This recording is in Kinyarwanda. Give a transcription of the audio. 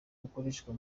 bukoreshwa